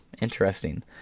Interesting